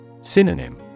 Synonym